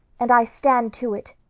and i stand to it.